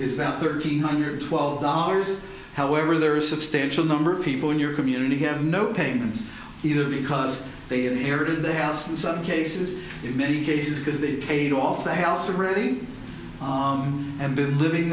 is about thirteen hundred twelve dollars however there are a substantial number of people in your community have no payments either because they inherited the house in some cases in many cases because they paid off the house reading and been living